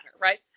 Right